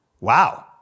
Wow